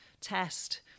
test